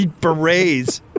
Berets